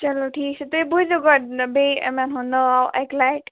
چلو ٹھیٖک چھُ تُہۍ بوٗزِو گۄڈٕ بیٚیہِ یِمن ہُنٛد ناو اَکہِ لَٹہِ